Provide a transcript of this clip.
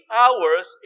hours